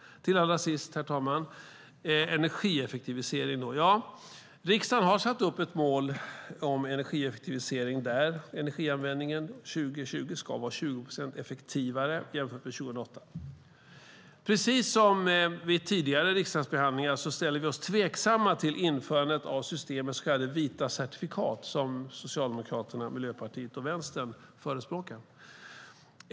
Herr talman! Allra sist ska jag säga någonting om energieffektivisering. Riksdagen har satt upp ett mål om energieffektivisering där energianvändningen 2020 ska vara 20 procent effektivare jämfört med 2008. Precis som vid tidigare riksdagsbehandlingar ställer vi oss tveksamma till införandet av system med så kallade vita certifikat som Socialdemokraterna, Miljöpartiet och Vänstern förespråkar.